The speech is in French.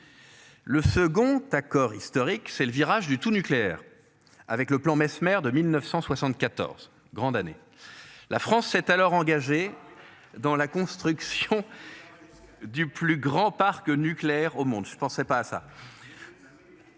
Le second accord historique, c'est le virage du tout nucléaire avec le plan Messmer de 1974 grande année. La France s'est alors engagée dans la construction. Du plus grand parc nucléaire au monde je ne pensais pas à ça.